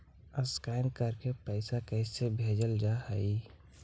Scan करके पैसा कैसे भेजल जा हइ?